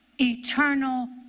eternal